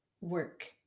work